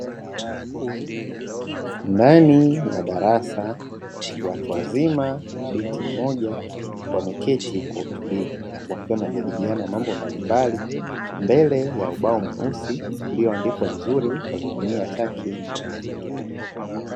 Ndani ya darasa, watu wazima na binti mmoja wameketi kwa utulivu, wakiwa wanajadiliana mambo mbalimbali mbele ya ubao mweusi ulioandikwa vizuri kwa kutumia chaki nyeupe.